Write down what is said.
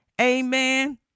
Amen